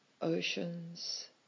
oceans